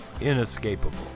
Inescapable